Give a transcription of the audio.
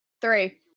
three